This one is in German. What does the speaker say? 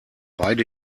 beide